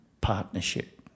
partnership